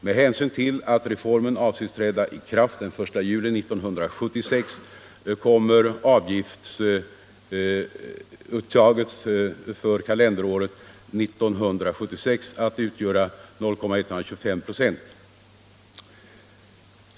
Med hänsyn till att reformen avses träda i kraft den 1 juli 1976 kommer avgiftsuttaget för kalenderåret 1976 att utgöra 0,125 96.